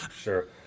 sure